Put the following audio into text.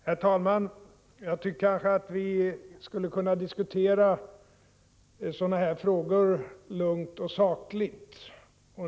Herr talman! Jag tycker att vi borde kunna diskutera sådana här frågor lugnt och sakligt.